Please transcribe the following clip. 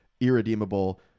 irredeemable